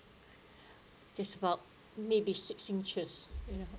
just about maybe six inches you know